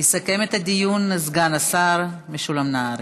יסכם את הדיון, סגן השר משולם נהרי.